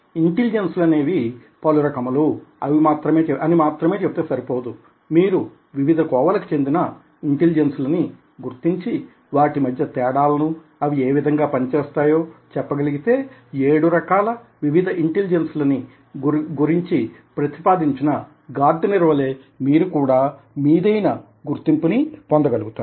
intelligence లు అనేవి పలు రకములు అని మాత్రమే చెబితే సరిపోదు మీరు వివిధ కోవలకు చెందిన ఇంటెలిజెన్స్ లని గుర్తించి వాటి మధ్య తేడాలను అవి ఏ విధంగా పని చేస్తాయో చెప్పగలిగితే ఏడు రకాల వివిధ ఇంటెలిజెన్స్ లని గురించి ప్రతిపాదించిన గార్డెనర్ వలె మీరు కూడా మీదైన గుర్తింపుని పొందగలుగుతారు